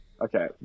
Okay